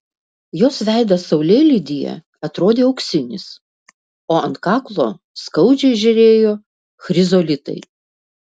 jos veidas saulėlydyje atrodė auksinis o ant kaklo skaudžiai žėrėjo chrizolitai